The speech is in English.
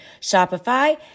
Shopify